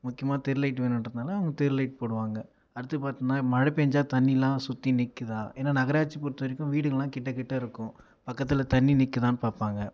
முக்கியமா தெரு லைட்டு வேணுன்றதுனால தெரு லைட் போடுவாங்க அடுத்து பார்த்தீங்னா மழை பெஞ்சா தண்ணீயெலாம் சுற்றி நிற்குதா ஏன்னால் நகராட்சி பொறுத்த வரைக்கும் வீடுங்கள்லாம் கிட்ட கிட்ட இருக்கும் பக்கத்தில் தண்ணீ நிற்குதான்னு பார்ப்பாங்க